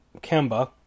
Kemba